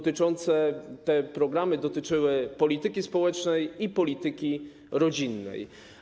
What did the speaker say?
Te programy dotyczyły polityki społecznej i polityki rodzinnej.